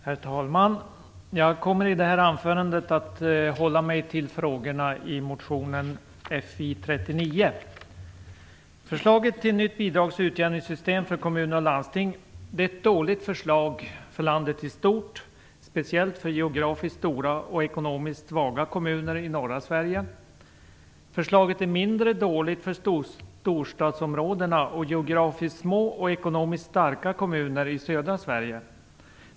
Herr talman! Jag kommer i det här anförandet att hålla mig till frågorna i motion Fi39. Förslaget till nytt bidrags och utjämningssystem för kommuner och landsting är ett dåligt förslag för landet i stort, speciellt för geografiskt stora och ekonomiskt svaga kommuner i norra Sverige. Förslaget är mindre dåligt för storstadsområdena och geografiskt små och ekonomiskt starka kommuner i södra Sverige.